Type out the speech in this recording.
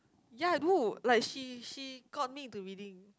ya I do like she she got me into reading